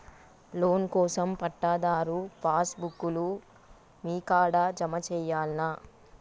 Loan కోసం పట్టాదారు passbook లు మీ కాడా జమ చేయల్నా?